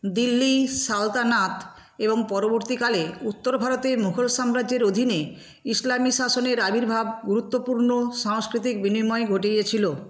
দিল্লি সালতানাত এবং পরবর্তীকালে উত্তর ভারতে মুঘল সাম্রাজ্যের অধীনে ইসলামী শাসনের আবির্ভাব গুরুত্বপূর্ণ সাংস্কৃতিক বিনিময় ঘটিয়েছিলো